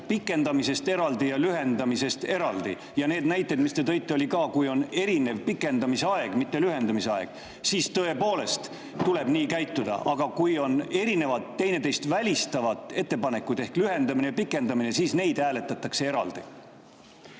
pikendamisest eraldi ja lühendamisest eraldi. Need näited, mis te tõite, olid ka [selle kohta], kui on erinev pikendamise aeg, mitte lühendamise aeg. Siis tõepoolest tuleb nii käituda. Aga kui on erinevad, teineteist välistavad ettepanekud ehk lühendamine ja pikendamine, siis neid hääletatakse eraldi.